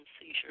seizure